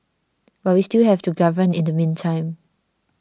but we still have to govern in the meantime